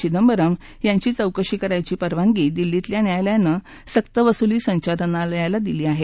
चिदंबरम यांची चौकशी करायची परवानगी दिल्लीतल्या न्यायालयानं सक्तवसुली संचालनालयाला दिली आहे